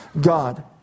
God